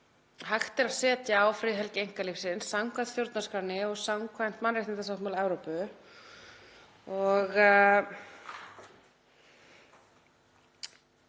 hægt er að setja á friðhelgi einkalífsins samkvæmt stjórnarskránni og samkvæmt mannréttindasáttmála Evrópu.